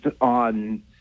on